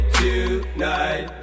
tonight